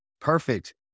Perfect